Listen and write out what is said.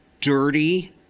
dirty